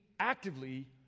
actively